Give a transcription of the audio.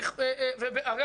ואגב,